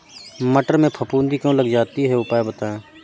मटर में फफूंदी क्यो लग जाती है उपाय बताएं?